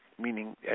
meaning